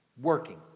working